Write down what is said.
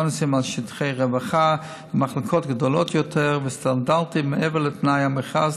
בונוסים על שטחי רווחה למחלקות גדולות יותר וסטנדרטים מעבר לתנאי המכרז,